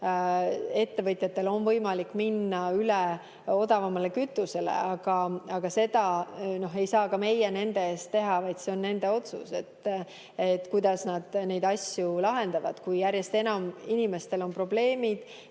kaugkütteettevõtjatel on võimalik minna üle odavamale kütusele, aga seda ei saa ka meie nende eest teha, vaid see on nende otsus, kuidas nad neid asju lahendavad. Kui järjest enam inimestel on probleemid,